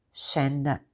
scenda